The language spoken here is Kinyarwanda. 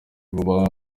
vuba